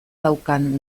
daukan